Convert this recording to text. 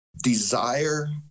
desire